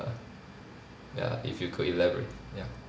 ya if you could elaborate ya